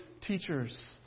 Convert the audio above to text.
teachers